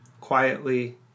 quietly